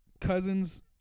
Cousins